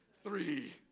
Three